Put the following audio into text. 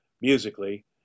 musically